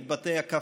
את בתי הקפה,